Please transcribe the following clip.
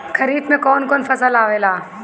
खरीफ में कौन कौन फसल आवेला?